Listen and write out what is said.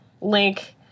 link